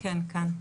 כן, כאן.